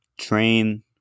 train